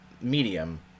medium